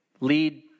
lead